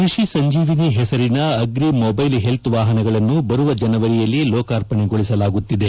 ಕೃಷಿ ಸಂಜೀವಿನಿ ಹೆಸರಿನ agri mobile health ವಾಹನಗಳನ್ನು ಬರುವ ಜನವರಿಯಲ್ಲಿ ಲೋರ್ಕಾಪಣೆಗೊಳಿಸಲಾಗುತ್ತಿದೆ